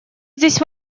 здесь